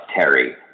Terry